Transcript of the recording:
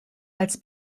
als